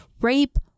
rape